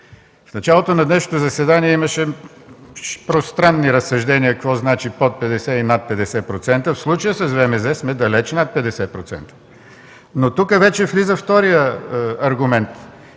В началото на днешното заседание имаше пространни разсъждения какво означава „под 50” и „над 50” процента. В случая с ВМЗ сме далече над 50%. Но тук вече влиза така нареченият